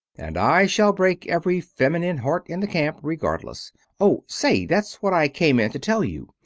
and i shall break every feminine heart in the camp, regardless oh, say, that's what i came in to tell you!